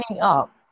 up